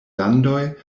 landoj